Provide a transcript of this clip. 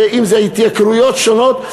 אם זה התייקרויות שונות.